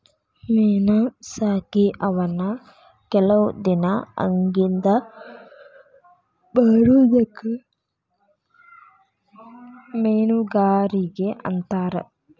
ಮೇನಾ ಸಾಕಿ ಅವನ್ನ ಕೆಲವ ದಿನಾ ಅಗಿಂದ ಮಾರುದಕ್ಕ ಮೇನುಗಾರಿಕೆ ಅಂತಾರ